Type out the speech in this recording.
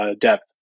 depth